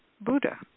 Buddha